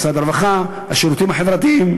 למשרד הרווחה והשירותים החברתיים,